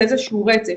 זה איזה שהוא רצף,